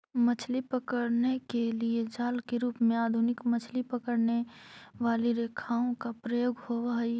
मछली पकड़ने के लिए जाल के रूप में आधुनिक मछली पकड़ने वाली रेखाओं का प्रयोग होवअ हई